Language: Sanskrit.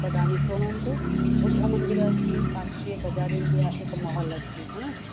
वदामि शृणवन्तु बुद्धमन्दिरम् अस्ति पार्श्वे बाज़ार् इण्डिया एकं माल् अस्ति